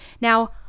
Now